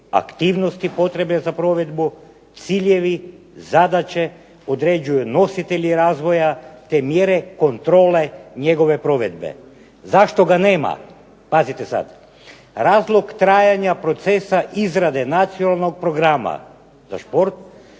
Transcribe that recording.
aktivnosti potrebe za provedbu, ciljevi, zadaće, određuje nositelje razvoja, te mjere kontrole njegove provedbe". Zašto ga nema? Pazite sada: "Razlog trajanja procesa izrade Nacionalnog programa za šport